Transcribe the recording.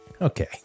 Okay